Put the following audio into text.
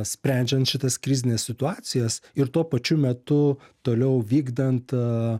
sprendžiant šitas krizines situacijas ir tuo pačiu metu toliau vykdant